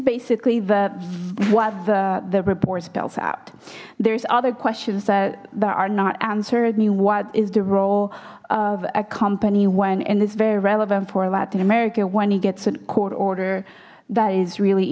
basically the what the report spells out there's other questions that that are not answered mean what is the role of a company when and it's very relevant for latin america when he gets a court order that is really